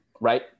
right